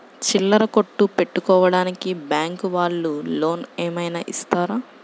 చిల్లర కొట్టు పెట్టుకోడానికి బ్యాంకు వాళ్ళు లోన్ ఏమైనా ఇస్తారా?